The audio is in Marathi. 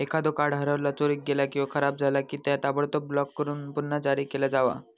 एखादो कार्ड हरवला, चोरीक गेला किंवा खराब झाला की, त्या ताबडतोब ब्लॉक करून पुन्हा जारी केला जावा